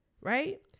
Right